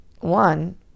one